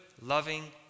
loving